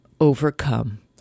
Overcome